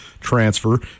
transfer